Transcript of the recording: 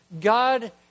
God